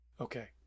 Okay